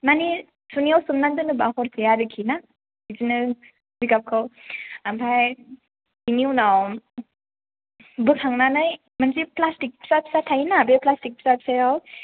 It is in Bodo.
मानि सुनैयाव सोमना दोनोबा हरसे आरोखिना बिदिनो जिगाबखौ ओमफ्राय बिनि उनाव बोखांनानै मोनसे फ्लास्टिक फिसा फिसा थायोना बे फ्लास्टिक फिसा फिसायाव